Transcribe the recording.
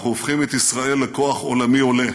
אנחנו הופכים את ישראל לכוח עולמי עולה,